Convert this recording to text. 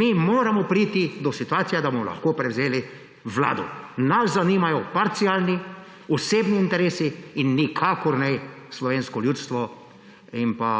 Mi moramo priti do situacije, da bomo lahko prevzeli vlado. Nas zanimajo parcialni, osebni interesi, nikakor ne slovensko ljudstvo in pa